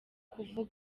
kuva